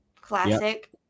classic